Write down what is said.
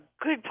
good